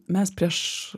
mes prieš